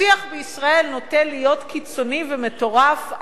השיח בישראל נוטה להיות קיצוני ומטורף.